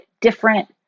different